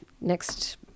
next